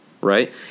right